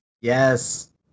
Yes